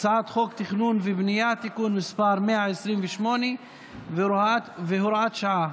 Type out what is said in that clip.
התכנון והבנייה (תיקון מס' 128 והוראת שעה),